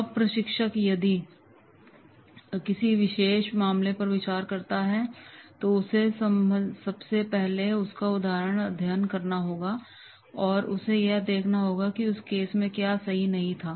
अब प्रशिक्षक यदि किसी विशेष मामले पर विचार करता है तो उसे सबसे पहले उसका अध्ययन करना पड़ेगा उसे यह देखा पड़ेगा कि उस केस में क्या सही नहीं है